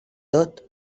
tot